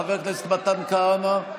חבר הכנסת מתן כהנא,